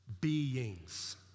beings